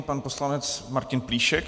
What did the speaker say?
Pan poslanec Martin Plíšek.